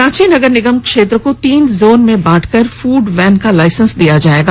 रांची नगर निगम क्षेत्र को तीन जोन में बांटकर फूड वैन का लाइसेंस दिया जाएगा